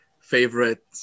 favorite